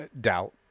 Doubt